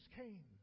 came